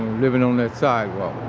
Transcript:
living on that sidewalk.